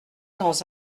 dans